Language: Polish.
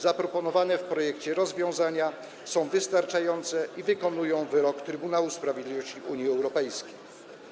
Zaproponowane w projekcie rozwiązania są wystarczające i wykonują wyrok Trybunału Sprawiedliwości Unii Europejskiej.